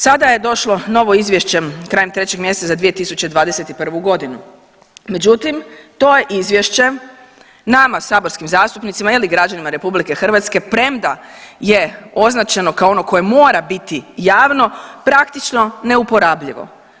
Sada je došlo novo izvješće krajem 3. mjeseca za 2021.g., međutim to je izvješće nama saborskim zastupnicima ili građanima RH premda je označeno kao ono koje mora biti javno praktično neuporabljivo.